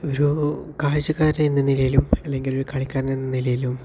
ഒരു കാഴ്ച്ചക്കാരൻ എന്ന നിലയിലും അല്ലെങ്കിൽ ഒരു കളിക്കാരൻ എന്ന നിലയിലും